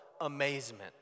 amazement